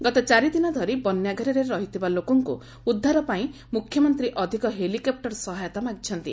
ଗତ ଚାରି ଦିନ ଧରି ବନ୍ୟାଘେରରେ ରହିଥିବା ଲୋକଙ୍କୁ ଉଦ୍ଧାରପାଇଁ ମୁଖ୍ୟମନ୍ତ୍ରୀ ଅଧିକ ହେଲିକପ୍ଟର ସହାୟତା ମାଗିଛନ୍ତି